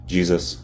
Jesus